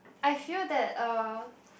I feel that uh